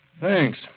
Thanks